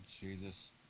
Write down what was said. Jesus